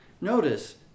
Notice